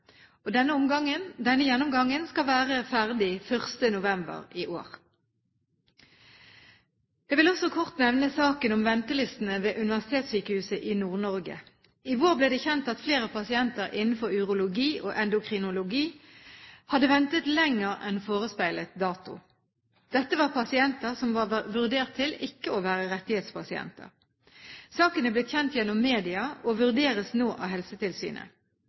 Denne gjennomgangen skal være ferdig 1. november i år. Jeg vil også kort nevne saken om ventelistene ved Universitetssykehuset i Nord-Norge. I vår ble det kjent at flere pasienter innenfor urologi og endokrinologi hadde ventet lenger enn forespeilet dato. Dette var pasienter som var vurdert til ikke å være rettighetspasienter. Saken er blitt kjent gjennom media og vurderes nå av Helsetilsynet.